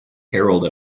herald